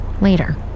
Later